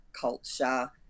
culture